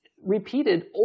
repeated